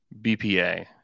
BPA